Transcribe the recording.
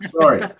Sorry